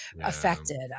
affected